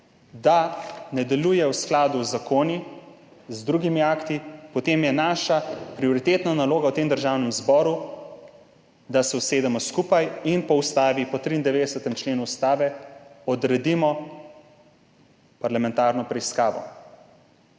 ne deluje v skladu z zakoni, z drugimi akti, potem je naša prioritetna naloga v Državnem zboru, da se usedemo skupaj in po 93. členu Ustave odredimo parlamentarno preiskavo,